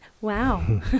Wow